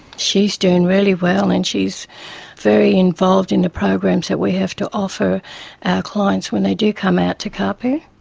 she is doing really well and she is very involved in the programs that we have to offer our clients when they do come out to caaapu.